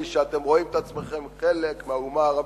שאתם רואים את עצמכם חלק מהאומה הערבית,